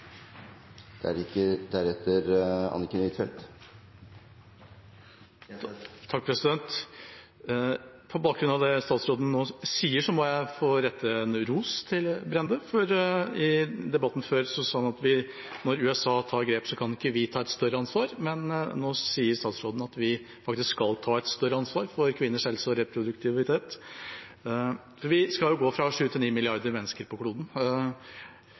På bakgrunn av det utenriksministeren nå sier, må jeg få rette en ros til Brende. For i debatten før har han sagt at når USA tar grep, kan ikke vi ta et større ansvar. Men nå sier utenriksministeren at vi faktisk skal ta et større ansvar for kvinners helse og reproduktivitet. Vi skal gå fra sju til ni milliarder mennesker på kloden.